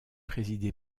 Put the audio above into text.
présidé